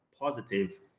positive